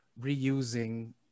reusing